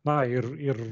na ir ir